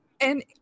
And-